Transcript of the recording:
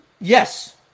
Yes